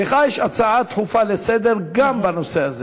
לך יש הצעה דחופה לסדר-היום גם בנושא הזה,